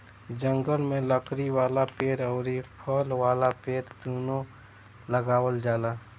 जंगल में लकड़ी वाला पेड़ अउरी फल वाला पेड़ दूनो लगावल जाला